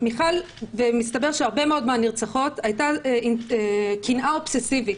מיכל ומסתבר שהרבה מאוד מהנרצחות הייתה קנאה אובססיבית.